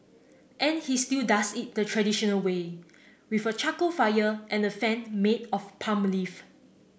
and he still does it the traditional way with a charcoal fire and a fan made of palm leaf